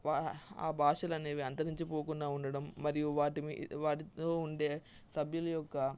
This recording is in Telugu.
వా ఆ భాషలనేవి అంతరించిపోకుండా ఉండడం మరియు వాటి మీద వాటితో ఉండే సభ్యుల యొక్క